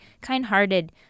kind-hearted